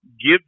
give